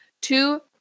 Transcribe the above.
two